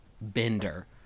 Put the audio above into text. bender